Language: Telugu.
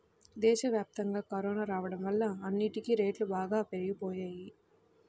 దేశవ్యాప్తంగా కరోనా రాడం వల్ల అన్నిటికీ రేట్లు బాగా పెరిగిపోయినియ్యి